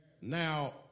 Now